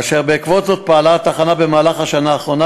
אשר בעקבות זאת פעלה התחנה במהלך השנה האחרונה.